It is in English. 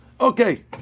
Okay